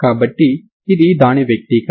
కాబట్టి ఇది దాని వ్యక్తీకరణ